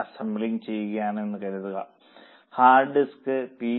C assembling ചെയ്യുകയാണെന്ന് കരുതുക hard disk P